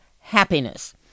happiness